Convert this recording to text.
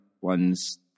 ones